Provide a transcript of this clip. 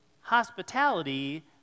hospitality